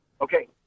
Okay